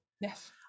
yes